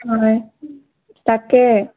হয় তাকে